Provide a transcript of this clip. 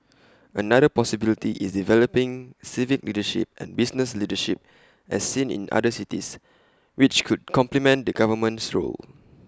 another possibility is developing civic leadership and business leadership as seen in other cities which could complement the government's role